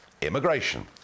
immigration